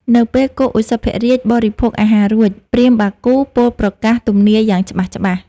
នៅពេលគោឧសភរាជបរិភោគអាហាររួច ព្រាហ្មណ៍បាគូពោលប្រកាសទំនាយយ៉ាងច្បាស់ៗ។